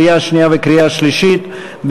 לקריאה שנייה וקריאה שלישית.